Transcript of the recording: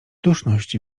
duszność